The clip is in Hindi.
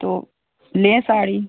तो लें साड़ी